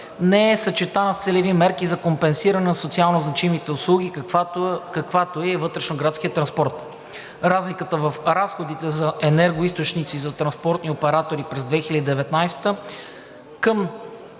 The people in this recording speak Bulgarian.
не е съчетана с целеви мерки за компенсиране на социално значимите услуги, каквато е вътрешноградският транспорт. Разликата в разходите за енергоизточници за транспортни оператори през 2019 г.